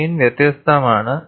plain വ്യത്യസ്തമാണ്